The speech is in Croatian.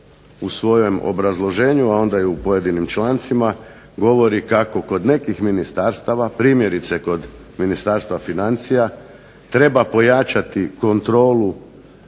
u svojem obrazloženju, a onda i u pojedinim člancima govori kako kod nekih ministarstava, primjerice kod Ministarstva financija, treba pojačati kontrolu